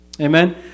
Amen